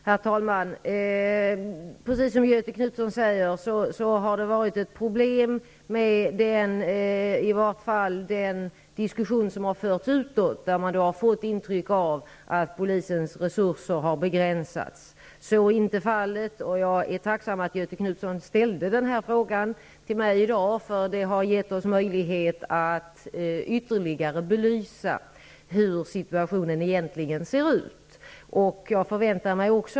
Herr talman! Precis som Göthe Knutson säger har det åtminstone varit problem med den diskussion som har förts utåt. Man har fått intrycket av att polisens resurser har begränsats. Så är inte fallet. Jag är tacksam för att Göthe Knutson ställde den här frågan till mig i dag. Det har gett oss möjlighet att ytterligare belysa hur situationen egentligen ser ut.